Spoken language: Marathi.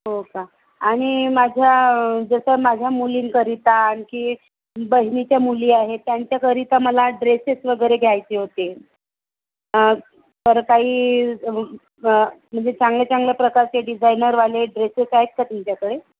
हो का आणि माझ्या जसं माझ्या मुलींकरिता आणखी बहिणीच्या मुली आहेत त्यांच्याकरिता मला ड्रेसेस वगैरे घ्यायचे होते तर काही म्हणजे चांगल्या चांगल्या प्रकारचे डिझाइनरवाले ड्रेसेस आहेत का तुमच्याकडे